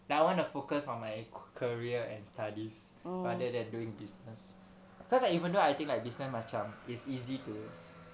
than I want to focus on my career and studies rather than doing business cause like even though I think like business macam it's easy to